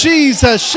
Jesus